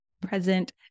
Present